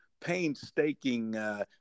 painstaking